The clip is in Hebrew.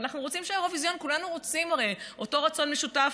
והרי כולנו רוצים אותו רצון משותף,